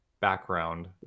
background